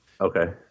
Okay